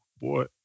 boy